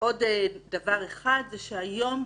עוד דבר אחד שהיום,